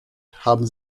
haben